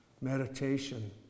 Meditation